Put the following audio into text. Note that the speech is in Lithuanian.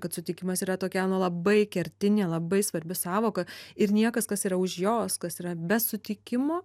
kad sutikimas yra tokia nu labai kertinė labai svarbi sąvoka ir niekas kas yra už jos kas yra be sutikimo